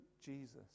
Jesus